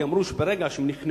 כי הם אמרו: ברגע שנכנעו,